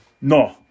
No